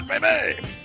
baby